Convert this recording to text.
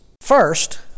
First